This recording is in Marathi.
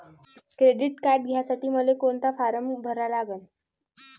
क्रेडिट कार्ड घ्यासाठी मले कोनचा फारम भरा लागन?